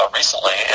recently